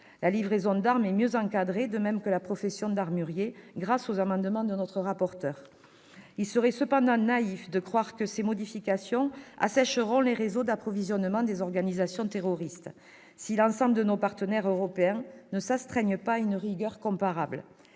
La livraison d'armes est mieux encadrée, de même que la profession d'armurier, grâce aux amendements de notre rapporteur. Il serait cependant naïf de croire que ces modifications assécheront les réseaux d'approvisionnement des organisations terroristes si l'ensemble de nos partenaires européens ne s'astreint pas à une rigueur comparable.